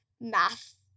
math